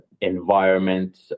environment